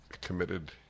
committed